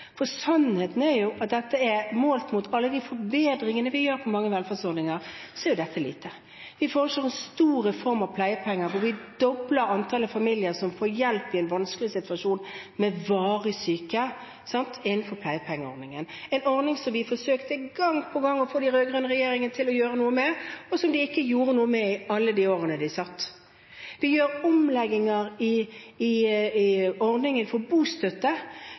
for sannheten er jo at målt mot alle de forbedringene vi gjør i mange velferdsordninger, er dette lite. Vi foreslår en stor reform hvor vi dobler antallet familier som får hjelp i en vanskelig situasjon med varig syke, innenfor pleiepengeordningen, en ordning som vi forsøkte gang på gang å få den rød-grønne regjeringen til å gjøre noe med, men som de ikke gjorde noe med i alle de årene de satt. Vi gjør omlegginger i ordningen for bostøtte,